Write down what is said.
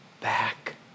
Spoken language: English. back